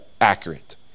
accurate